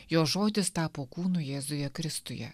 jo žodis tapo kūnu jėzuje kristuje